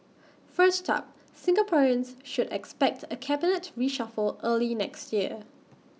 first up Singaporeans should expect A cabinet reshuffle early next year